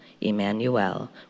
Emmanuel